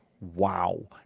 Wow